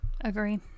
Agree